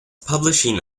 publishing